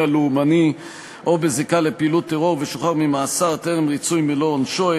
לאומני או בזיקה לפעילות טרור ושוחרר ממאסר טרם ריצוי מלוא עונשו),